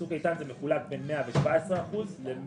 בצוק איתן זה היה מחולק בין 117% ל-15%.